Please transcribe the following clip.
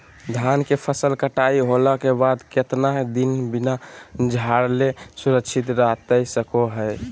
धान के फसल कटाई होला के बाद कितना दिन बिना झाड़ले सुरक्षित रहतई सको हय?